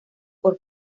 por